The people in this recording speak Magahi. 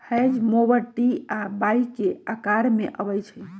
हेज मोवर टी आ वाई के अकार में अबई छई